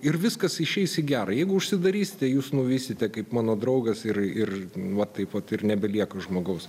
ir viskas išeis į gerą jeigu užsidarysite jūs nuvysite kaip mano draugas ir ir va taip pat ir nebelieka žmogaus